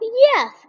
Yes